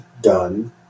done